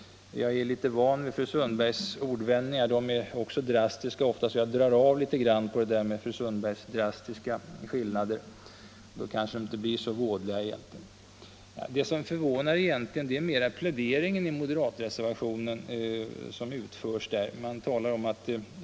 Jag är van vid fru Sundbergs ordvändningar — de är ofta drastiska — så jag drar av litet på fru Sundbergs drastiska skillnader. Då kanske det inte blir så vådligt. Det som förvånar är egentligen pläderingen i moderatreservationen.